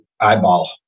eyeball